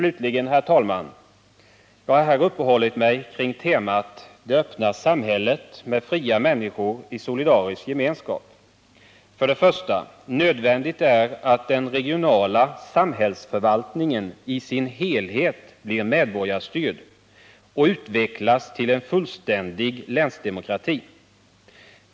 Herr talman! Jag har här uppehållit mig kring temat ”Det öppna samhället med fria människor i solidarisk gemenskap”. För det första: Nödvändigt är att den regionala samhällsutvecklingen i sin helhet blir medborgarstyrd och utvecklas till en fullständig länsdemokrati.